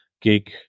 gig